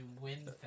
win